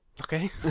Okay